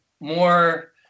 more